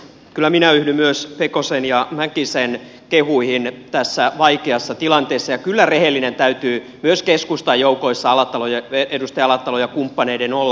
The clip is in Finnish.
kyllä minä yhdyn myös pekosen ja mäkisen kehuihin tässä vaikeassa tilanteessa ja kyllä rehellisiä täytyy myös keskustan joukoissa edustaja alatalon ja kumppaneiden olla